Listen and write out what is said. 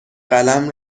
قلم